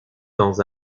dans